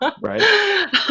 right